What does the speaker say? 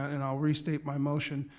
and i'll restate my motion,